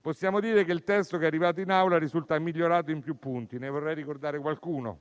possiamo dire che il testo arrivato in Assemblea risulta migliorato in più punti e ne vorrei ricordare qualcuno.